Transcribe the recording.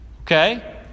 Okay